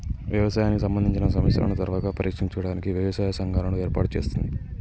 వ్యవసాయానికి సంబందిచిన సమస్యలను త్వరగా పరిష్కరించడానికి వ్యవసాయ సంఘాలను ఏర్పాటు చేస్తుంది